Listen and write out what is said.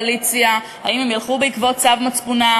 הקואליציה: האם הם ילכו בעקבות צו מצפונם,